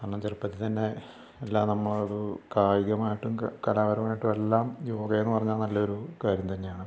കാരണം ചെറുപ്പത്തിൽ തന്നെ എല്ലാം നമ്മൾ ഒരു കായികമായിട്ടും കലാപരമായിട്ടും എല്ലാം യോഗയെന്നു പറഞ്ഞാൽ നല്ലൊരു കാര്യം തന്നെയാണ്